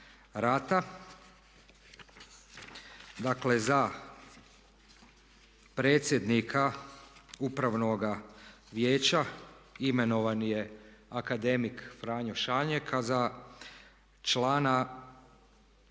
rata. Dakle, za predsjednika Upravnoga vijeća imenovan je akademik Franjo Šanjek, a za člana